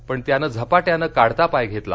पण त्याने झपाट्यानं काढता पाय घेतला